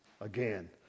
again